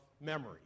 memory